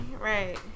right